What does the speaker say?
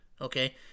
Okay